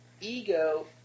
Ego